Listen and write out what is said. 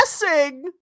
guessing